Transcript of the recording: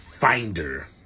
finder